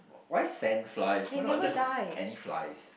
why sand flies why not just any flies